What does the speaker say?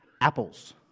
Apples